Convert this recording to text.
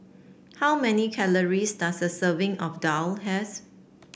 how many calories does a serving of daal has